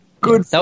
good